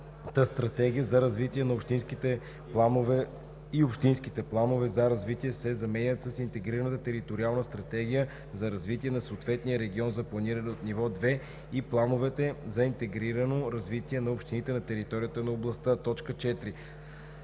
стратегия за развитие и общинските планове за развитие“ се заменят с „интегрираната териториална стратегия за развитие на съответния регион за планиране от ниво 2 и плановете за интегрирано развитие на общините на територията на областта“.